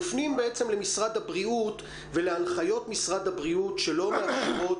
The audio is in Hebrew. מופנות בעצם למשרד הבריאות ולהנחיות משרד הבריאות שלא מאפשרות